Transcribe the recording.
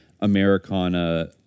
Americana